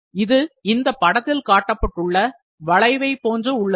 இது இந்தப் படத்தில் காட்டப்பட்டுள்ள வளைவை போன்று உள்ளது